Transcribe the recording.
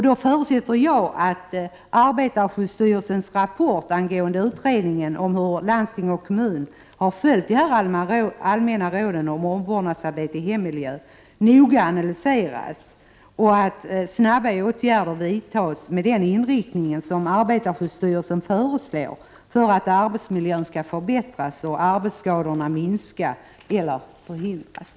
Då förutsätter jag att arbetarskyddsstyrelsens rapport angående utredningen om hur landsting och kommuner följt de allmänna råden om vårdnadsarbete i hemmiljö noga analyseras, och att snara åtgärder vidtas med den inriktning som arbetarskyddsstyrelsen föreslår för att arbetsmiljön skall förbättras och arbetsskadorna minskas eller förhindras.